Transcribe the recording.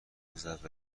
میزد